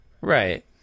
Right